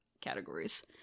categories